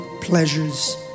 pleasures